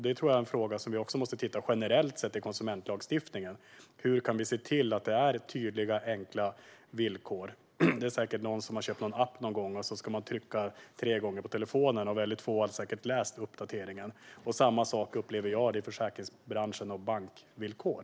Det är en fråga som vi generellt måste titta på i konsumentlagstiftningen. Hur kan vi se till att det blir tydliga och enkla villkor? Det är säkert någon som har en köpt en app någon gång, och sedan ska man trycka tre gånger på telefonen - och få har läst uppdateringen. Samma sak upplever jag att det är i försäkringsbranschen och med bankvillkor.